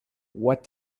what